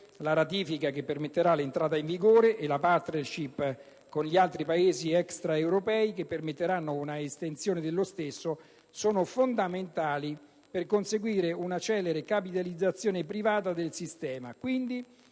la ratifica, che permetterà l'entrata in vigore del Trattato, e la *partnership* con gli altri Paesi extraeuropei, che permetterà un'estensione dello stesso, sono fondamentali per conseguire una celere capitalizzazione privata del sistema,